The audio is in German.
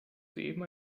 soeben